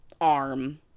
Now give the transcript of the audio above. arm